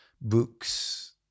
books